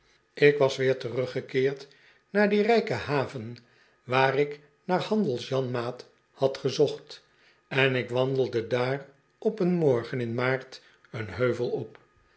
ik was weer teruggekeerd naar die rijke haven waar ik naar hand els jan ma at had gezocht en ik wandelde daar op een morgen in maart een heuvel op